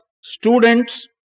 students